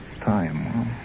time